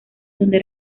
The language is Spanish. donde